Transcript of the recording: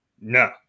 No